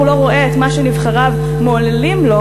לא רואה את מה שנבחריו מעוללים לו,